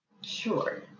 Sure